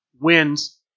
wins